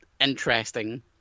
interesting